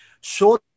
show